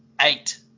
eight